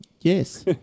Yes